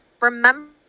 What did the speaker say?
remember